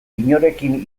inorekin